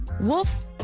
Wolf